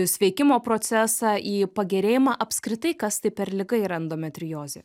sveikimo procesą į pagerėjimą apskritai kas tai per liga yra endometriozė